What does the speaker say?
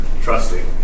trusting